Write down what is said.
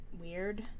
weird